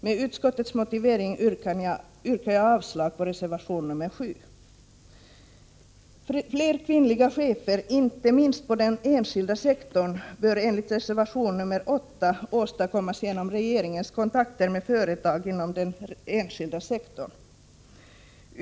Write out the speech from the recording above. Med utskottets motivering yrkar jag avslag på reservation 7. Fler kvinnliga chefer, inte minst på den enskilda sektorn, bör enligt reservation 8 åstadkommas genom regeringens kontakter med företag inom den enskilda sektorn.